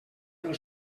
del